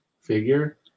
figure